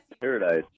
paradise